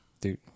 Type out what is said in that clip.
dude